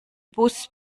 bus